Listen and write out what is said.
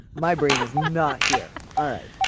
my brain is not not here.